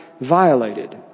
violated